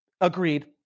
agreed